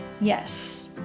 yes